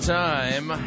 time